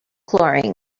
chlorine